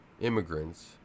immigrants